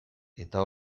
eta